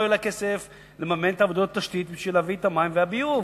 לא יהיה לה כסף לממן את עבודות התשתית בשביל להביא את המים והביוב.